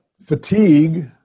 Fatigue